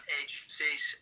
agencies